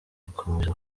ikomeje